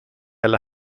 alla